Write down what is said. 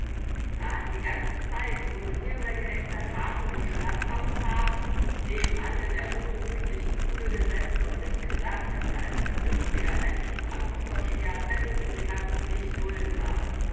a hat die ganze zeit wo sie hier bei gedeckter tafel geschlampampt haben nebenan in der ungemütlichen bude gesessen und sich gesagt daß er als vernünftiger mensch und amtsvorsteher bettelmusikanten nicht dulden darf